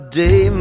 day